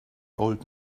old